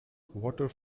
water